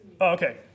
okay